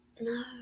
No